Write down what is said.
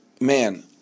man